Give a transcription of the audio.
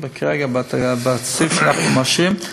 בתקציב שאנחנו מאשרים,